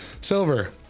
Silver